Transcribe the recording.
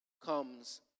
comes